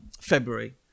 February